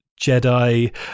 Jedi